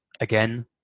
again